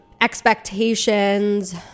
expectations